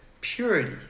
purity